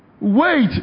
Wait